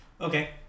Okay